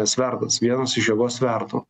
svertas vienas iš jėgos svertų